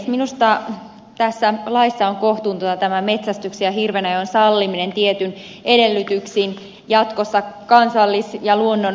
minusta tässä laissa on kohtuutonta tämä metsästyksen ja hirvenajon salliminen tietyin edellytyksin jatkossa kansallis ja luonnonpuistoissa